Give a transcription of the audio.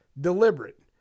Deliberate